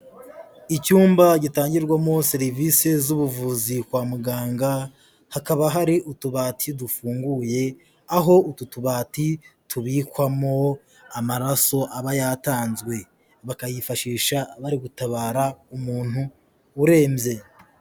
Icyumba gitangirwamo serivise z'ubuvuzi kwa muganga, hakaba hari utubati dufunguye, aho utu tubati tubikwamo amaraso aba yatanzwe, bakayifashisha bari gutabara umuntu urebye.